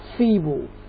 feeble